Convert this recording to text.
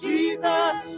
Jesus